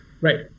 Right